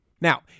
Now